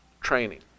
training